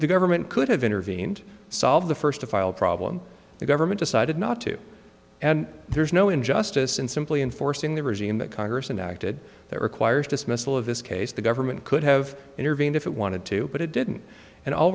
the government could have intervened solve the first to file problem government decided not to and there is no injustice in simply enforcing the regime that congress enacted that requires dismissal of this case the government could have intervened if it wanted to but it didn't and all